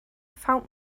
found